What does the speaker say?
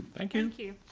and thank you.